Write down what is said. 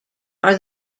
are